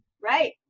right